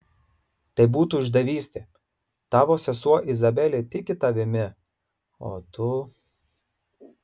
tai būtų išdavystė tavo sesuo izabelė tiki tavimi o tu